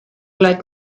let